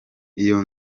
iyo